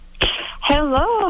Hello